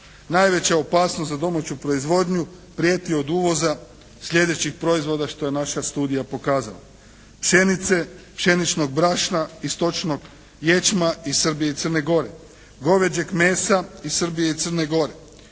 Najveća opasnost za domaću proizvodnju prijeti od uvoza sljedećih proizvoda, što je naša studija pokazala, pšenice, pšeničnog brašna i stočnog ječma iz Srbije i Crne Gore, goveđeg mesa iz Srbije i Crne Gore,